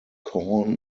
corn